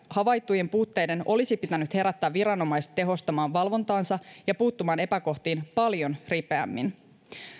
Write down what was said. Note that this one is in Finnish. havaittujen puutteiden olisi pitänyt herättää viranomaiset tehostamaan valvontaansa ja puuttumaan epäkohtiin paljon ripeämmin